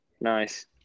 Nice